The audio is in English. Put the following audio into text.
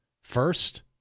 first